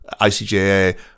icja